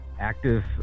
active